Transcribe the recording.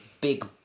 big